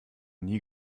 nie